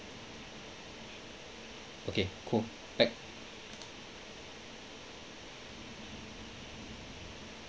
okay cool pack